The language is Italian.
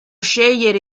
scegliere